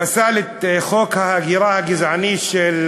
פסל את חוק ההגירה הגזעני של